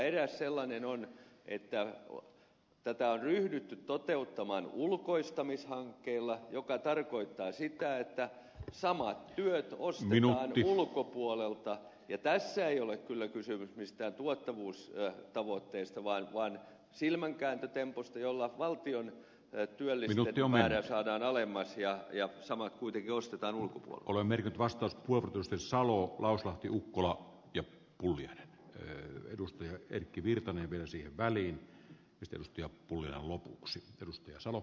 eräs sellainen on että tätä on ryhdytty toteuttamaan ulkoistamishankkeilla mikä tarkoittaa sitä että samat työt ostetaan ulkopuolelta ja tässä ei ole kyllä kysymys mistään tuottavuustavoitteesta vaan silmänkääntötempusta jolla valtion työllistettyjen määrää saadaan alemmaksi ja samat työt kuitenkin ostetaan olemme vasta kun kirsti salo lausahti ukkola ja tilliä jo edustaja erkki virtanen versio väli ystävystyä pullin lopuksi ja ulkopuolelta